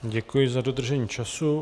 Děkuji za dodržení času.